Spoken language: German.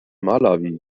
malawi